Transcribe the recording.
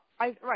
Right